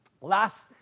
Last